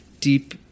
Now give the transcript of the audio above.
deep